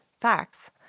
facts